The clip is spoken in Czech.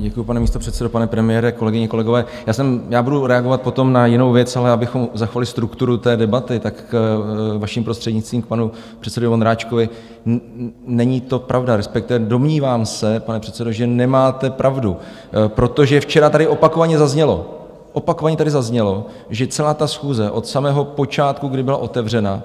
Děkuji, pane místopředsedo, pane premiére, kolegyně kolegové, já budu reagovat potom na jinou věc, ale abychom zachovali strukturu té debaty, vaším prostřednictvím, k panu předsedovi Vondráčkovi, není to pravda, respektive domnívám se, pane předsedo, že nemáte pravdu, protože včera tady opakovaně zaznělo, opakovaně tady zaznělo, že celá ta schůze od samého počátku, kdy byla otevřena,